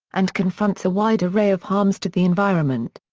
and confronts a wide array of harms to the environment.